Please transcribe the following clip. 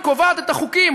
היא קובעת את החוקים.